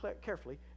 carefully